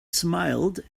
smiled